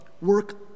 work